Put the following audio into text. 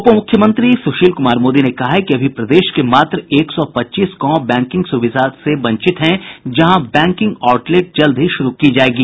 उप मुख्यमंत्री सुशील कुमार मोदी ने कहा है कि अभी प्रदेश के मात्र एक सौ पच्चीस गांव बैंकिंग सुविधा से वंचित हैं जहां बैंकिंग आउटलेट जल्द ही शुरू की जायेगी